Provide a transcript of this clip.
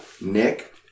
Nick